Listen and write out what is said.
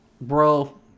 bro